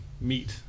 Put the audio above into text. meet